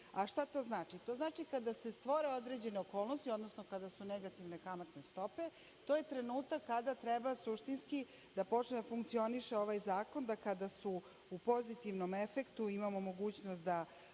Šta to znači? To znači kada se stvore određene okolnosti, odnosno kada su negativne kamatne stope, to je trenutak kada treba suštinski da počne da funkcioniše ovaj zakon, da kada su u pozitivnom efektu imamo mogućnost da